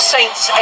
Saints